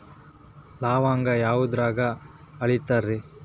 ಲವಂಗಾನ ಯಾವುದ್ರಾಗ ಅಳಿತಾರ್ ರೇ?